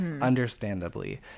understandably